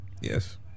yes